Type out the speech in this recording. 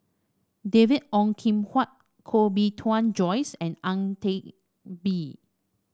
David Ong Kim Huat Koh Bee Tuan Joyce and Ang Teck Bee